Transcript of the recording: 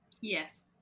Yes